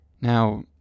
Now